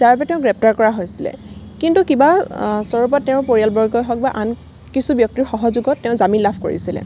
যাৰবাবে তেওঁক গ্ৰেপ্তাৰ কৰা হৈছিলে কিন্তু কিবা ওচৰৰ পৰা তেওঁৰ পৰিয়ালবৰ্গই হওক বা আন কিছু ব্যক্তিৰ সহযোগত তেওঁ জামিন লাভ কৰিছিলে